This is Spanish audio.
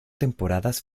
temporadas